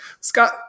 scott